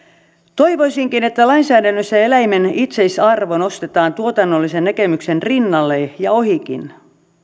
toivoisinkin että lainsäädännössä eläimen itseisarvo nostetaan tuotannollisen näkemyksen rinnalle ja ohikin